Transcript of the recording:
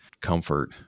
comfort